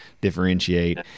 differentiate